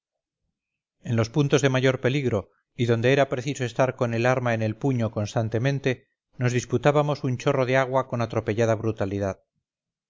en los puntos de mayor peligro y donde era preciso estar con el arma en el puño constantemente nos disputábamos un chorro de agua con atropellada brutalidad